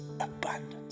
abundance